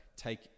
take